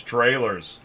Trailers